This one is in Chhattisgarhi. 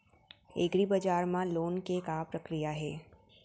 एग्रीबजार मा लोन के का प्रक्रिया हे?